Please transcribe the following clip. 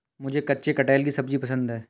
मुझे कच्चे कटहल की सब्जी पसंद है